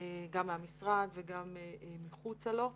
גם מהמשרד וגם מחוצה לו.